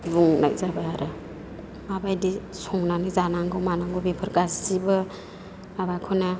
बुंनाय जाबाय आरो माबायदि संनानै जानांगौ मानांगौ बेफोर गासैबो हाबाखौनो